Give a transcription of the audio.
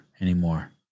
anymore